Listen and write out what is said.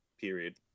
period